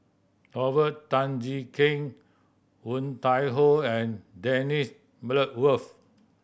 Robert Tan Jee Keng Woon Tai Ho and Dennis Bloodworth